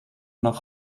nach